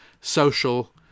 social